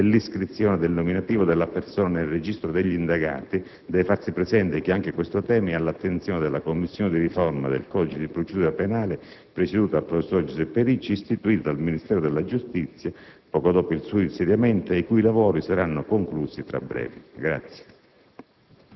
dell' iscrizione del nominativo della persona nel registro degli indagati, deve farsi presente che anche questo tema è all'attenzione della commissione di riforma del codice di procedura penale presieduta dal professor Giuseppe Riccio, istituita dal Ministro della giustizia poco dopo il suo insediamento ed i cui lavori saranno conclusi tra breve.